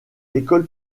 écoles